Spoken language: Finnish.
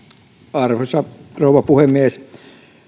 arvoisa rouva puhemies